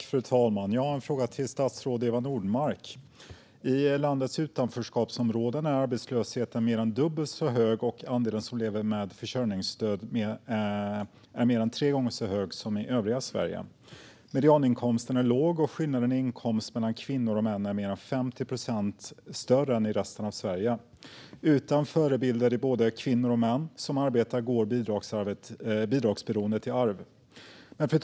Fru talman! Jag har en fråga till statsrådet Eva Nordmark. I landets utanförskapsområden är arbetslösheten mer än dubbelt så hög och andelen som lever med försörjningsstöd mer än tre gånger så hög som i övriga Sverige. Medianinkomsten är låg, och skillnaden i inkomst mellan kvinnor och män är mer än 50 procent större än i resten av Sverige. Utan förebilder i både kvinnor och män som arbetar går bidragsberoendet i arv. Fru talman!